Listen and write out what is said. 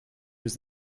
was